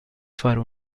fare